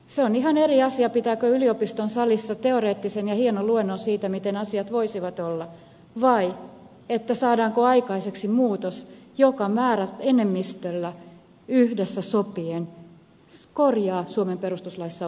se on ihan eri asia pitääkö yliopiston salissa teoreettisen ja hienon luennon siitä miten asiat voisivat olla vai saadaanko aikaiseksi muutos joka määräenemmistöllä yhdessä sopien korjaa suomen perustuslaissa olleen valuvian